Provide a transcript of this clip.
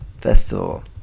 festival